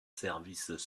services